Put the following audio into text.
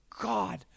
God